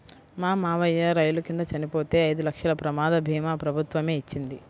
మా మావయ్య రైలు కింద చనిపోతే ఐదు లక్షల ప్రమాద భీమా ప్రభుత్వమే ఇచ్చింది